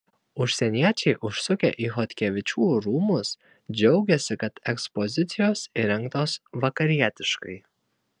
užsieniečiai užsukę į chodkevičių rūmus džiaugiasi kad ekspozicijos įrengtos vakarietiškai